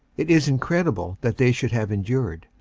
it is in credible that they should have endured,